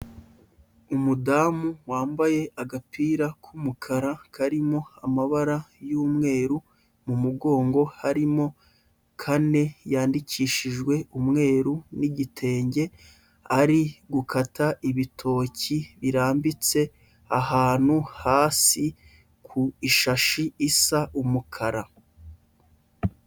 Umudamu wambaye agapira k'umukara karimo amabara y'umweru, mu mugongo harimo kane yandikishijwe umweru n'igitenge, ari gukata ibitoki birambitse ahantu hasi, ku ishashi isa umukara.